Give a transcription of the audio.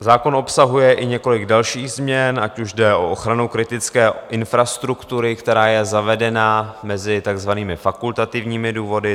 Zákon obsahuje i několik dalších změn, ať už jde o ochranu kritické infrastruktury, která je zavedena mezi takzvanými fakultativními důvody.